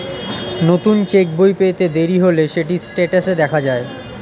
নতুন চেক্ বই পেতে দেরি হলে সেটি স্টেটাসে দেখা যায়